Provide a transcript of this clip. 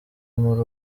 muri